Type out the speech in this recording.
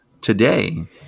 Today